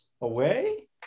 Away